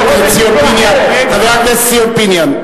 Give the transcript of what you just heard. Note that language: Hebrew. לפני חודש, חבר הכנסת ציון פיניאן.